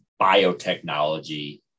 biotechnology